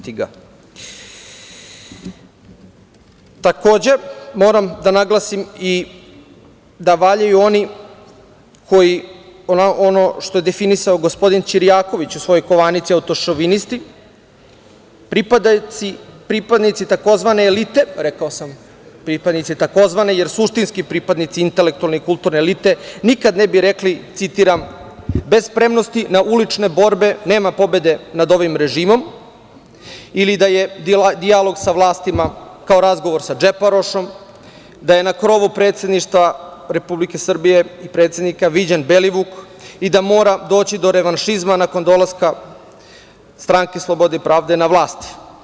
Takođe, moram da naglasim i da valjaju oni koji ono što je definisao gospodin Ćirjaković u svojoj kovanici – Autošovinisti, pripadnici tzv. elite, rekao sam pripadnici tzv, jer suštinski pripadnici intelektualne kulturne elite nikad ne bi rekli, citiram – bez spremnosti na ulične borbe nema pobede nad ovim režimom ili da je dijalog sa vlastima kao razgovor sa džeparošom, da je na krovu predsedništva Republike Srbije i predsednika viđen Belivuk, i da mora doći do revanšizma nakon dolaska Stranke slobode i pravde na vlast.